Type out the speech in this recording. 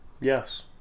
yes